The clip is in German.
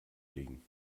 legen